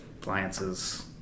appliances